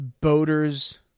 boaters